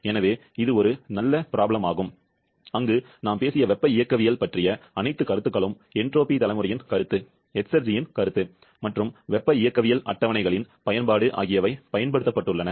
எனவே இது ஒரு நல்ல பிரச்சினையாகும் அங்கு நாம் பேசிய வெப்ப இயக்கவியல் பற்றிய அனைத்து கருத்துக்களும் என்ட்ரோபி தலைமுறையின் கருத்து எஸ்ர்ஜியின் கருத்து மற்றும் வெப்ப இயக்கவியல் அட்டவணை அட்டவணைகளின் பயன்பாடு ஆகியவை பயன்படுத்தப்பட்டுள்ளன